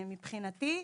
מבחינתי,